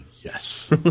yes